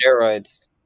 steroids